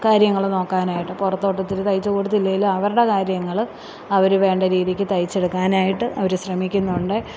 കാര്യങ്ങള് നോക്കാനായിട്ട് പുറത്തോട്ട് ഒത്തരി തയിച്ചു കൊടുത്തില്ലെങ്കിലും അവരുടെ കാര്യങ്ങള് അവര് വേണ്ട രീതിക്ക് തയിച്ചെടുക്കാനായിട്ട് അവര് ശ്രമിക്കുന്നുണ്ട്